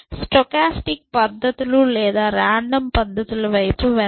stochastic పద్ధతులు లేదా రాండమ్పద్ధతుల వైపు వెళ్దాం